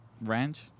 ranch